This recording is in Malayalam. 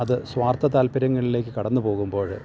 അത് സ്വാർത്ഥ താൽപര്യങ്ങളിലേക്ക് കടന്നു പോകുമ്പോഴ്